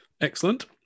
excellent